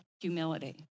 humility